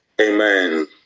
Amen